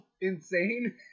insane